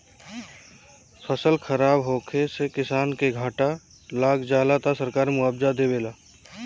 फसल खराब होखे से किसान के घाटा लाग जाला त सरकार मुआबजा देवेला